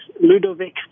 Ludovic